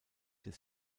des